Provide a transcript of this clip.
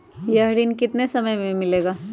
यह ऋण कितने समय मे मिलेगा?